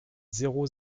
zéro